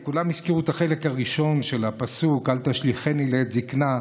כולם הזכירו את החלק הראשון של הפסוק "אל תשליכני לעת זקנה",